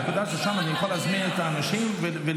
הנקודה היא ששם אני יכול להזמין את האנשים ולפעול.